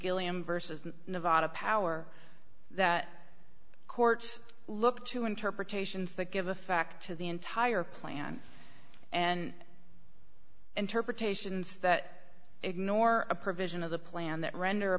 gilliam versus nevada power that courts look to interpretations that give effect to the entire plan and interpretations that ignore a provision of the plan that render a